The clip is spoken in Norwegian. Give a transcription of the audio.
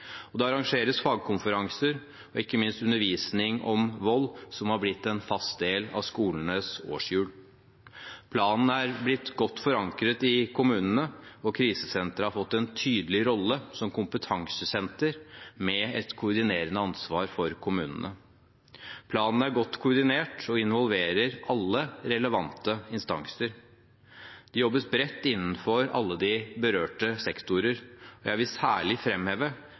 Det arrangeres fagkonferanser, og ikke minst undervisning om vold, som har blitt en fast del av skolenes årshjul. Planen er blitt godt forankret i kommunene, og krisesenteret har fått en tydelig rolle som kompetansesenter med et koordinerende ansvar for kommunene. Planen er godt koordinert og involverer alle relevante instanser. Det jobbes bredt innenfor alle berørte sektorer. Jeg vil særlig